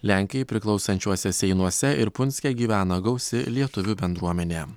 lenkijai priklausančiuose seinuose ir punske gyvena gausi lietuvių bendruomenė